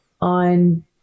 on